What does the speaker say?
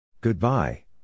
Goodbye